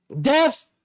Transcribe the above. death